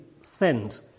send